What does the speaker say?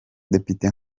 depite